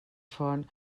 font